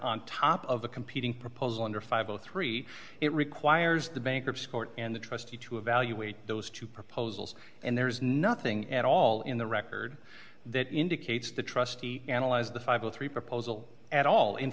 on top of the competing proposal and or five o three it requires the bankruptcy court and the trustee to evaluate those two proposals and there is nothing at all in the record that indicates the trustee analyzed the five hundred and three proposal at all in